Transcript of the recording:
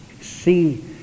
See